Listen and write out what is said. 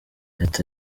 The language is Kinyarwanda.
leta